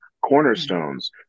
cornerstones